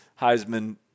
Heisman